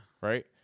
Right